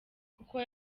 kuko